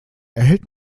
erhält